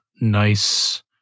nice